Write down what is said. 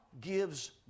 gives